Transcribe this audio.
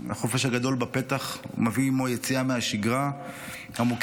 החופש הגדול בפתח והוא מביא עימו יציאה מהשגרה המוכרת,